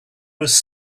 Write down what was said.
was